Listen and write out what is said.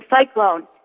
Cyclone